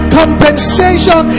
compensation